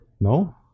No